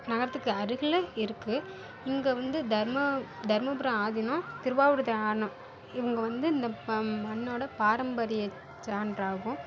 நகரத்துக்கு அருகில் இருக்குது இங்கே வந்து தர்மா தர்மபுர ஆதீனம் திருவாவடுதுறை ஆதீனம் இவங்க வந்து இந்த ப மண்ணோடய பாரம்பரிய சான்றாகும்